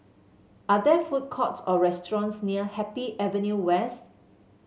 are there food courts or restaurants near Happy Avenue West